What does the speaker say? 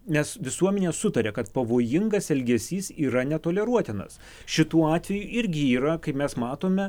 nes visuomenė sutaria kad pavojingas elgesys yra netoleruotinas šituo atveju irgi yra kaip mes matome